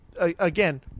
Again